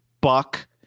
Buck